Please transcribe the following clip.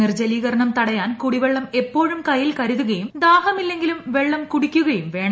നിർജലീകരണം തടയാൻ കുടിവെള്ളം എപ്പോഴും കയ്യിൽ കരുതുകയും ദാഹമില്ലെങ്കിലും വെള്ളം കുടിക്കുകയും വേണം